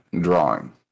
drawing